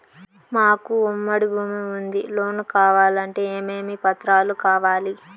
మాకు ఉమ్మడి భూమి ఉంది లోను కావాలంటే ఏమేమి పత్రాలు కావాలి?